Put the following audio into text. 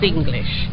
English